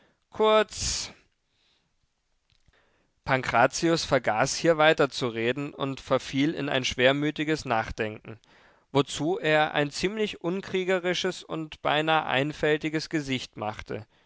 schien kurz pankrazius vergaß hier weiterzureden und verfiel in ein schwermütiges nachdenken wozu er ein ziemlich unkriegerisches und beinahe einfältiges gesicht machte